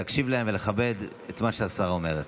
להקשיב להם ולכבד את מה שהשרה אומרת.